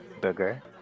Burger